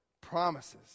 promises